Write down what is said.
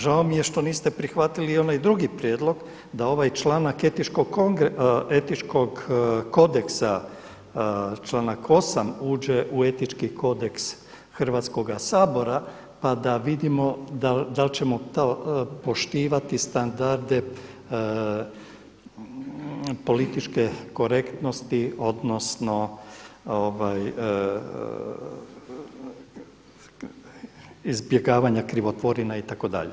Žao mi je što niste prihvatili i onaj drugi prijedlog a ovaj članak etičkog kodeksa, članak 8. uđe u Etički kodeks Hrvatskoga sabora pa da vidimo da li ćemo poštivati standarde političke korektnosti odnosno izbjegavanja krivotvorina itd.